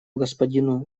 господину